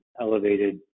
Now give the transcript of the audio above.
elevated